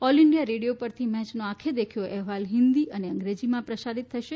all India Radio પરથી મેયનો આંખે દેખ્યો અહેવાલ હિન્દી અંગ્રેજીમાં પ્રસારીત થશે